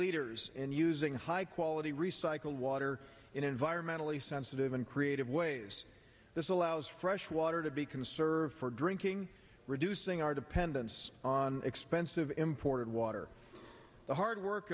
leaders and using high quality recycled water in environmentally sensitive and creative ways this allows fresh water to be conserved for drinking reducing our dependence on expensive imported water the hard work